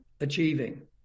achieving